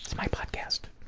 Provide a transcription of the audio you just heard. my podcast.